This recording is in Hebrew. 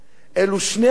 אלה שני הדברים,